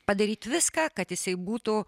padaryt viską kad jisai būtų